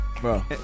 Bro